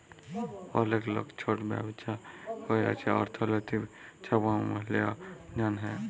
অলেক লক ছট ব্যবছা ক্যইরছে অথ্থলৈতিক ছাবলম্বীর জ্যনহে